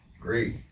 great